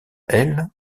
elles